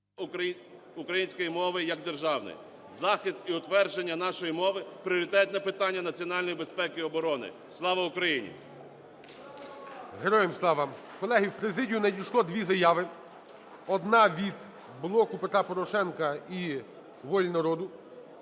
української мови як державної. Захист і утвердження нашої мови – пріоритетне питання національної безпеки і оборони. Слава Україні! ГОЛОВУЮЧИЙ. Героям слава! Колеги, в президію надійшло дві заяви: одна – від "Блоку Петра Порошенка" і "Волі народу",